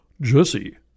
Jesse